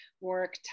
work